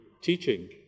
teaching